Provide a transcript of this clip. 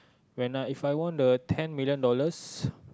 when If I want a ten million dollars